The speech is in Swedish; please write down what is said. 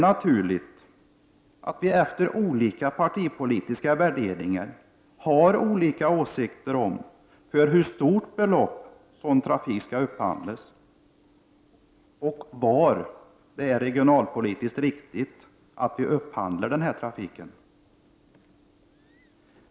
Naturligt är då att vi efter olika partipolitiska värderingar har olika åsikter om för hur stort belopp sådan trafik skall upphandlas och var det är regionalpolitiskt riktigt att upphandla den.